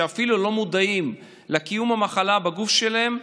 שאפילו לא מודעים לקיום המחלה בגוף שלהם: